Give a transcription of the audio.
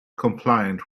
compliant